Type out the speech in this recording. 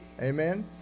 Amen